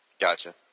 Gotcha